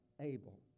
Abel